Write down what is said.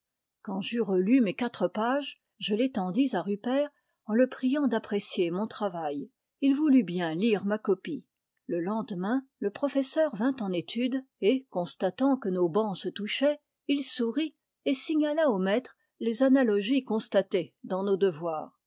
quand j'eus relu mes quatre pages je les tendis à rupert en le priant d'apprécier mop travail il voulut bien lire ma copie le lendemain le professeur vint en étude et constatant que nos bancs se touchaient il sourit et signala au maître les analogies constatées dans nos devoirs